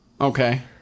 Okay